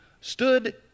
stood